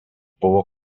buvo